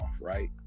right